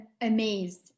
Amazed